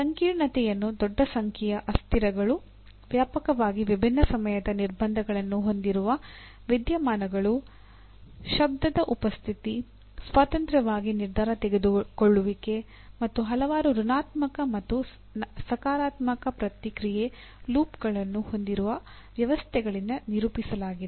ಸಂಕೀರ್ಣತೆಯನ್ನು ದೊಡ್ಡ ಸಂಖ್ಯೆಯ ಅಸ್ಥಿರಗಳು ವ್ಯಾಪಕವಾಗಿ ವಿಭಿನ್ನ ಸಮಯದ ನಿರ್ಬಂಧಗಳನ್ನು ಹೊಂದಿರುವ ವಿದ್ಯಮಾನಗಳು ಶಬ್ದದ ಉಪಸ್ಥಿತಿ ಸ್ವತಂತ್ರವಾಗಿ ನಿರ್ಧಾರ ತೆಗೆದುಕೊಳ್ಳುವಿಕೆ ಮತ್ತು ಹಲವಾರು ಋಣಾತ್ಮಕ ಮತ್ತು ಸಕಾರಾತ್ಮಕ ಪ್ರತಿಕ್ರಿಯೆ ಲೂಪ್ಗಳನ್ನು ಹೊಂದಿರುವ ವ್ಯವಸ್ಥೆಗಳಿಂದ ನಿರೂಪಿಸಲಾಗಿದೆ